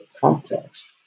context